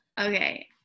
Okay